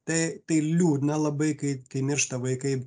tai tai liūdna labai kai kai miršta vaikai